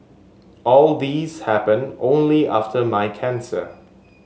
all these happened only after my cancer